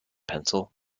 pencil